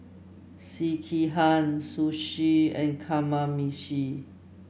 Sekihan Sushi and Kamameshi